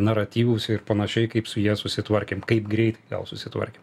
naratyvus ir panašiai kaip su ja susitvarkėm kaip greit gal susitvarkė